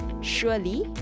Surely